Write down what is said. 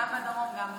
גם בדרום וגם בצפון?